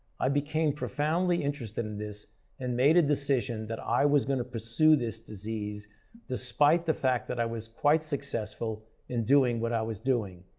i became profoundly interested in this and made a decision that i was going to pursue this disease despite the fact that i was quite successful in doing what i was doing.